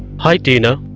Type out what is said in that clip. hi tina,